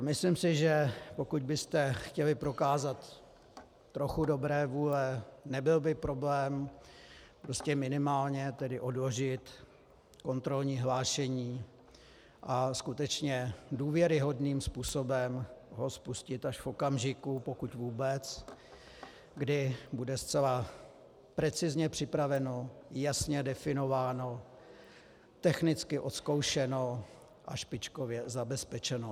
Myslím si, že pokud byste chtěli prokázat trochu dobré vůle, nebyl by problém prostě minimálně odložit kontrolní hlášení a skutečně důvěryhodným způsobem ho spustit až v okamžiku, pokud vůbec, kdy bude zcela precizně připraveno i jasně definováno, technicky odzkoušeno a špičkově zabezpečeno.